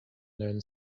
learn